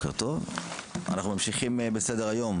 אנחנו ממשיכים בסדר היום.